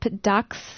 ducks